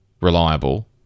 reliable